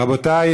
רבותיי,